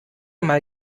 mal